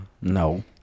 No